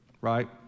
right